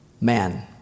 Man